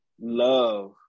love